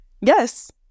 yes